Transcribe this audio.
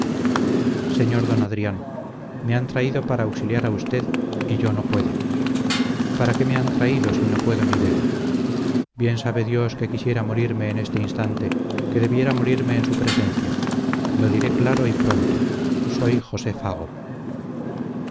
sr d adrián me han traído para auxiliar a usted y yo no puedo para qué me han traído si no puedo ni debo bien sabe dios que quisiera morirme en este instante que debiera morirme en su presencia lo diré claro y pronto soy josé fago